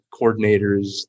coordinators